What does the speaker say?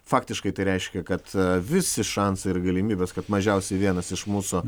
faktiškai tai reiškia kad visi šansai ir galimybės kad mažiausiai vienas iš mūsų